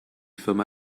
firma